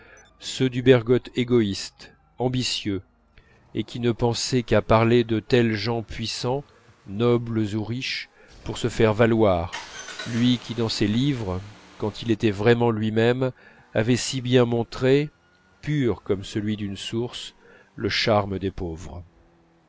ceux du bergotte égoïste ambitieux et qui ne pensait qu'à parler de tels gens puissants nobles ou riches pour se faire valoir lui qui dans ses livres quand il était vraiment lui-même avait si bien montré pur comme celui d'une source le charme des pauvres